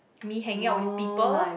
me hanging out with people